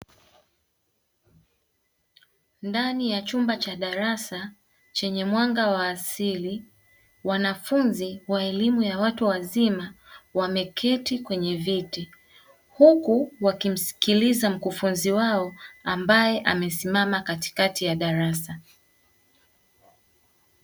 Ndani ya chumba cha darasa chenye mwanga wa asili, wanafunzi wa elimu ya watu wazima wameketi kwenye viti, huku wakimsikiliza mkufunzi wao ambaye amesimama katikati ya darasa.